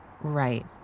Right